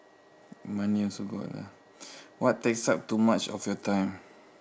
money also got lah what takes up too much of your time